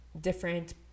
different